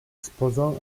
sposò